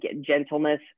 gentleness